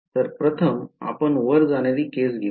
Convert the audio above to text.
तर प्रथम आपण वर जाणारी केस घेऊ